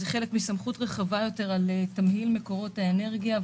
זה חלק מסמכות רחבה יותר על תמהיל מקורות האנרגיה.